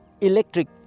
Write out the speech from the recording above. electric